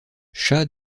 shah